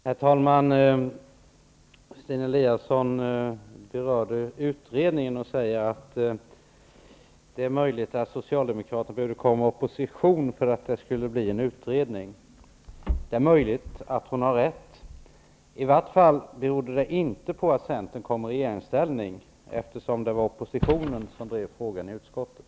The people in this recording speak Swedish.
Herr talman! Stina Eliasson berörde utredningen och säger att det är möjligt att Socialdemokraterna behövde komma i oppositionsställning för att det skulle bli en utredning. Det är möjligt att hon har rätt. I vart fall berodde det inte på att Centern kom i regeringsställning, eftersom det var oppositionen som drev frågan i utskottet.